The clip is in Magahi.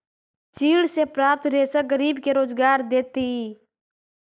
चीड़ से प्राप्त रेशा गरीब के रोजगार देतइ